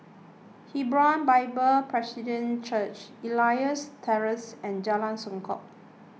Hebron Bible Presbyterian Church Elias Terrace and Jalan Songket